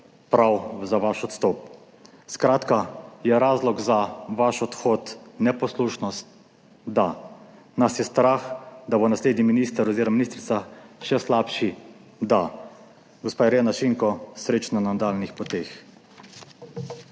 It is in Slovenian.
prav za vaš odstop. Skratka, je razlog za vaš odhod neposlušnost? Da. Nas je strah, da bo naslednji minister oziroma ministrica še slabši? Da. Gospa Irena Šinko, srečno na nadaljnjih poteh.